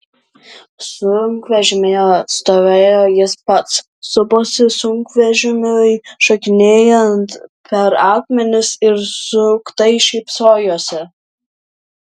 sunkvežimyje stovėjo jis pats suposi sunkvežimiui šokinėjant per akmenis ir suktai šypsojosi